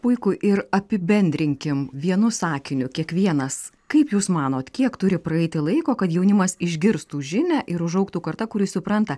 puiku ir apibendrinkim vienu sakiniu kiekvienas kaip jūs manot kiek turi praeiti laiko kad jaunimas išgirstų žinią ir užaugtų karta kuri supranta